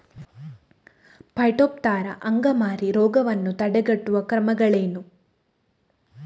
Phytophthora ಅಂಗಮಾರಿ ರೋಗವನ್ನು ತಡೆಗಟ್ಟುವ ಕ್ರಮಗಳೇನು?